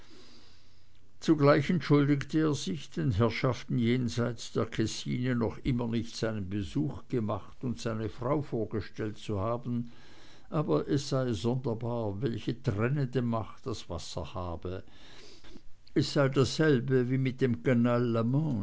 zugleich entschuldigte er sich den herrschaften jenseits der kessine noch immer nicht seinen besuch gemacht und seine frau vorgestellt zu haben aber es sei sonderbar welche trennende macht das wasser habe es sei dasselbe wie mit dem